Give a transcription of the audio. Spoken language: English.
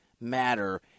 matter